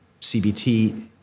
CBT